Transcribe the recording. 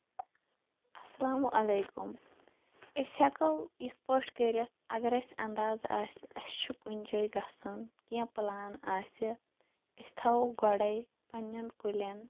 اَسلام علیکُم أسۍ ہٮ۪کَو یِتھۍ پٲٹھۍ کٔرِتھ اَگر اَسہِ اَنٛداز آسہِ اَسہِ چھُ کُنہِ جایہِ گژھُن کیٚنٛہہ پٕلان آسہِ أسۍ تھاوو گۄڈَے پَنٛنٮ۪ن کُلٮ۪ن